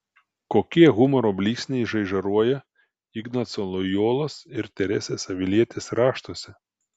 kokie humoro blyksniai žaižaruoja ignaco lojolos ir teresės avilietės raštuose